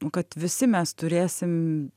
nu kad visi mes turėsim